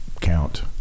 count